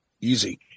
Easy